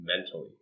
mentally